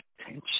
attention